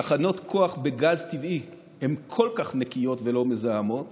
תחנות כוח בגז טבעי הן כל כך נקיות ולא מזהמות